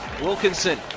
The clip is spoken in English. Wilkinson